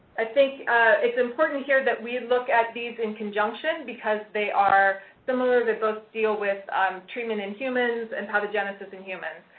i think it's important here that we look at these in conjunction because they are similar they both deal with um treatment in humans and pathogenesis in humans.